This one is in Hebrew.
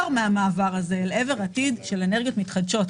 מהמעבר הזה לעבר עתיד של אנרגיות מתחדשות.